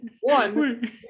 One